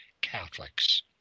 Catholics